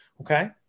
Okay